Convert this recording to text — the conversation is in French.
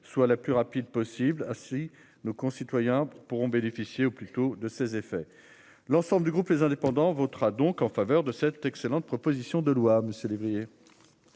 soit la plus rapide possible. Ah si nos concitoyens pourront bénéficier au plus tôt de ses effets. L'ensemble du groupe les indépendants votera donc en faveur de cette excellente proposition de loi